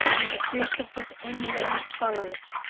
and a burst of wit and merriment follows.